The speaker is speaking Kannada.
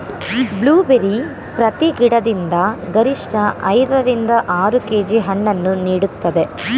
ಬ್ಲೂಬೆರ್ರಿ ಪ್ರತಿ ಗಿಡದಿಂದ ಗರಿಷ್ಠ ಐದ ರಿಂದ ಆರು ಕೆ.ಜಿ ಹಣ್ಣನ್ನು ನೀಡುತ್ತದೆ